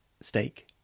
Steak